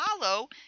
follow